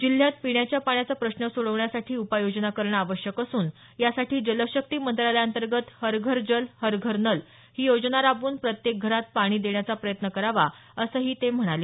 जिल्ह्यात पिण्याच्या पाण्याचा प्रश्न सोडवण्यासाठी उपाययोजना करणं आवश्यक असून यासाठी जलशक्ती मंत्रालयाअंतगंत हर घर जल हर घर नल ही योजना राबवून प्रत्येक घरात पाणी देण्याचा प्रयत्न करावा असही ते म्हणाले